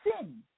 sin